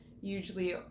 usually